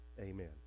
Amen